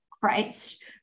Christ